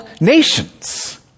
nations